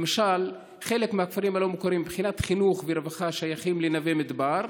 למשל מבחינת חינוך ורווחה חלק מהכפרים הלא-מוכרים שייכים לנווה מדבר,